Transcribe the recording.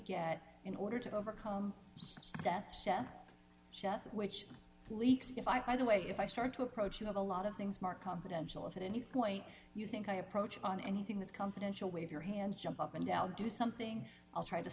get in order to overcome that chef chef which leaks if i the way if i start to approach you have a lot of things mark confidential if at any point you think i approach on anything that's confidential wave your hands jump up and down do something i'll try to